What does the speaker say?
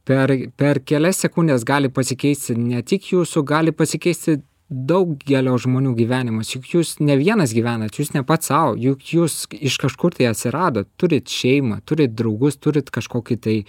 per per kelias sekundes gali pasikeisti ne tik jūsų gali pasikeisti daugelio žmonių gyvenimas juk jūs ne vienas gyvenat jūs ne pats sau juk jūs iš kažkur tai atsirado turit šeimą turit draugus turit kažkokį tai